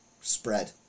spread